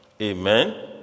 Amen